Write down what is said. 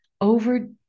Over